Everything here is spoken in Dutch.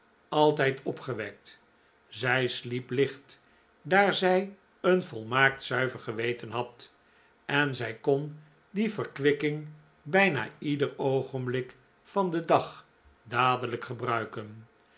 altijd opgewekt zij sliep licht daar zij een volmaakt zuiver geweten had en zij kon die verkwikking bijna ieder oogenblik van den dag dadelijk gebruiken